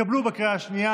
התקבלו בקריאה השנייה.